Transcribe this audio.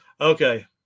Okay